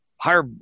higher